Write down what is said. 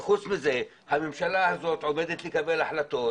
וחוץ מזה, הממשלה הזאת עומדת לקבל החלטות